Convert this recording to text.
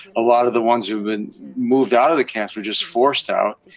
a lot of the ones who've been moved out of the camps were just forced out,